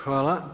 Hvala.